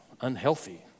unhealthy